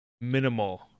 minimal